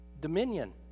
Dominion